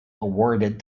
awarded